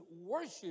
worship